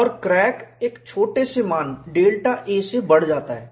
और क्रैक एक छोटे से मान डेल्टा a से बढ़ जाता है